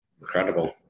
incredible